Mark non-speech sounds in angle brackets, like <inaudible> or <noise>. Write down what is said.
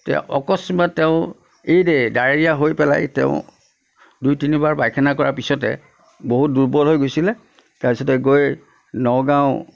তে অকস্মাত তেওঁ এই <unintelligible> ডায়েৰিয়া হৈ পেলাই তেওঁ দুই তিনিবাৰ পাইখানা কৰাৰ পিছতে বহুত দুৰ্বল হৈ গৈছিলে তাৰপিছতে গৈ নগাঁও